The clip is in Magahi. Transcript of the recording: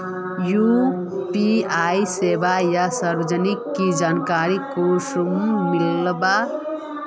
यु.पी.आई सेवाएँ या सर्विसेज की जानकारी कुंसम मिलबे?